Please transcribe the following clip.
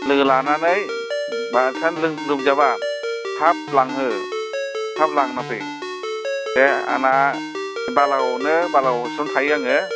लोगो लानानै बारा टाइम लोमजाबा थाब लांहो थाब लांनो फै बे आंना बालागावआवनो बालागाव हस्पिताल आवनो थायो आङो